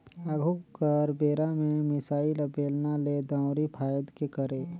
आघु कर बेरा में मिसाई ल बेलना ले, दंउरी फांएद के करे